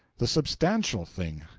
the substantial thing,